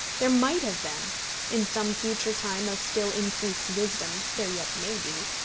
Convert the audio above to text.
there might have been in some future time of still increased wisdom, there yet may be